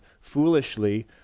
foolishly